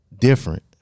different